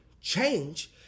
change